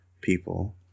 people